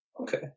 Okay